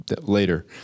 later